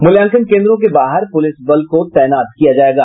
मूल्यांकन केन्द्रों के बाहर पुलिस बल को तैनात किया जायेगा